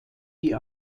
die